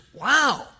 Wow